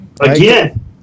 Again